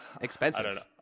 Expensive